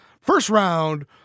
first-round